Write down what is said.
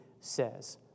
says